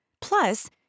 Plus